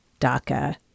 DACA